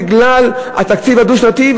בגלל התקציב הדו-שנתי,